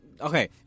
okay